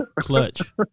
Clutch